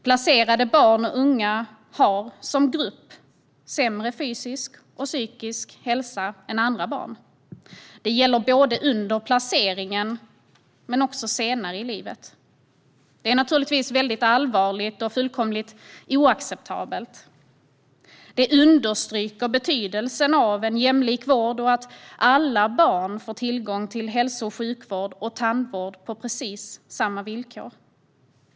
Placerade barn och unga har som grupp sämre fysisk och psykisk hälsa än andra barn. Det gäller både under placeringen och senare i livet. Det är naturligtvis mycket allvarligt och fullkomligt oacceptabelt. Det understryker betydelsen av en jämlik vård och att alla barn får tillgång till hälso och sjukvård och tandvård på precis samma villkor.